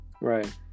Right